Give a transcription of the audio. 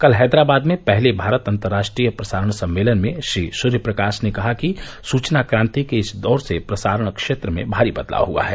कल हैदराबाद में पहले भारत अंतर्राष्ट्रीय प्रसारण सम्मेलन में श्री सूर्य प्रकाश ने कहा कि सूचना क्रांति के इस दौर से प्रसारण क्षेत्र में भारी बदलाव हुआ है